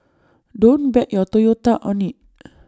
don't bet your Toyota on IT